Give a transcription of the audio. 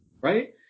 Right